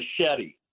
machete